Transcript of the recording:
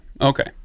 okay